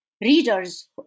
Readers